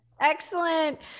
Excellent